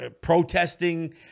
protesting